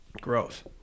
Gross